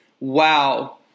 Wow